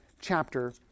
chapter